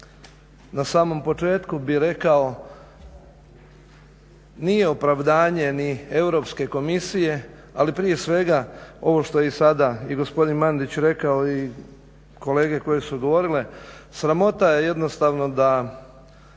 Na samom početku bih rekao, nije opravdanje ni Europske komisije, ali prije svega i ovo što je sada i gospodin Mandić rekao i kolege koje su govorile, sramota je jednostavno da